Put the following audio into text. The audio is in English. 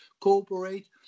cooperate